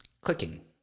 clicking